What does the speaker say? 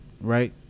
right